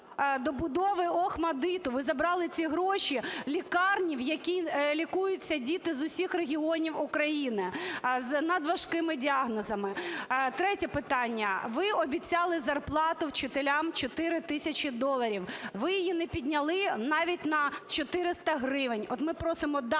добудови ОХМАТДИТУ, ви забрали ці гроші в лікарні, в якій лікуються діти з усіх регіонів України з надважкими діагнозами. Третє питання. Ви обіцяли зарплату вчителям 4 тисячі доларів. Ви її не підняли навіть на 400 гривень. От ми просимо дати